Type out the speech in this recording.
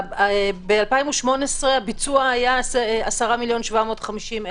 ב-2018 הביצוע היה 10 מיליון ו-750,422 שקלים.